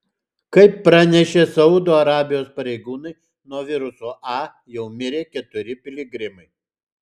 kaip pranešė saudo arabijos pareigūnai nuo viruso a jau mirė keturi piligrimai